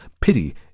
pity